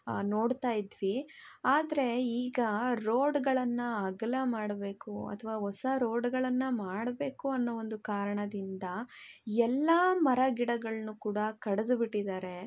ನೋಡ್ತಾ ಇದ್ವಿ ಆದರೆ ಈಗ ರೋಡುಗಳನ್ನು ಅಗಲ ಮಾಡಬೇಕು ಅಥ್ವಾ ಹೊಸಾ ರೋಡುಗಳನ್ನು ಮಾಡಬೇಕು ಅನ್ನೋ ಒಂದು ಕಾರಣದಿಂದ ಎಲ್ಲ ಮರ ಗಿಡಗಳನ್ನು ಕೂಡ ಕಡ್ದು ಬಿಟ್ಟಿದ್ದಾರೆ